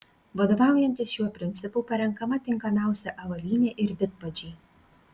vadovaujantis šiuo principu parenkama tinkamiausia avalynė ir vidpadžiai